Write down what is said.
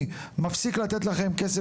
רק אתה לקחת את זה לשם.